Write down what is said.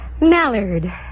Mallard